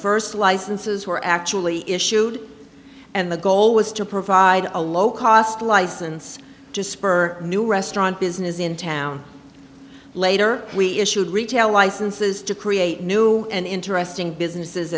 first licenses were actually issued and the goal was to provide a low cost license to spur new restaurant business in town later we issued retail licenses to create new and interesting businesses